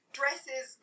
dresses